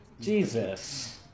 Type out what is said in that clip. Jesus